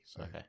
Okay